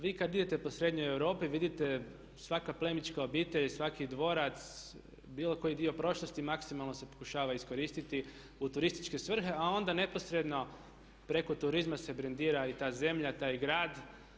Vi kada idete po srednjoj Europi vidite, svaka plemićka obitelj i svaki dvorac, bilo koji dio prošlosti maksimalno se pokušava iskoristiti u turističke svrhe a ona neposredno preko turizma se brendira i ta zemlja, taj grad.